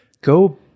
Go